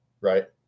right